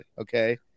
okay